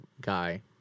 guy